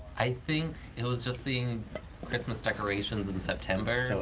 i think it was just seeing christmas decorations in september